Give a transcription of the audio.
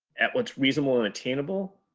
at what's reasonable and attainable.